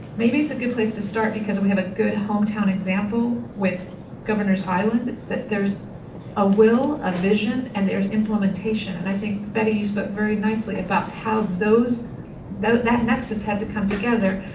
maybe it's a good place to start because we have a good hometown example with governor's island that there's a will, a vision, and there's implementation. and i think, betty you spoke very nicely, about how that that nexus had to come together.